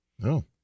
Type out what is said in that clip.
No